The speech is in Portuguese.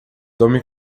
tome